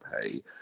pay